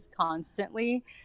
constantly